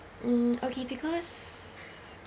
mm okay because